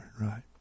right